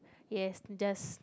yes just